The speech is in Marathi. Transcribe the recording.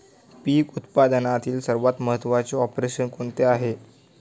पीक उत्पादनातील सर्वात महत्त्वाचे ऑपरेशन कोणते आहे?